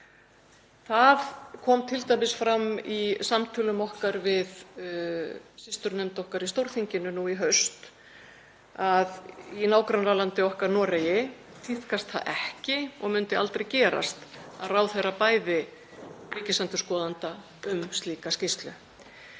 Það kom t.d. fram í samtölum okkar við systurnefnd okkar í Stórþinginu nú í haust, í nágrannalandi okkar Noregi, að þar tíðkast það ekki og myndi aldrei gerast að ráðherra bæði ríkisendurskoðanda um slíka skýrslu.